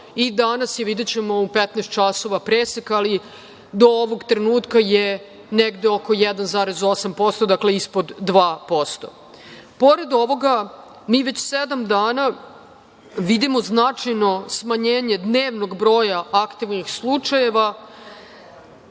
i danas ćemo videti u 15.00 časova presek, ali do ovog trenutka je negde oko 1,8%, dakle ispod 2%.Pored ovoga, mi već sedam dana vidimo značajno smanjenje dnevnog broja aktivnih slučajeva